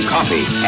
Coffee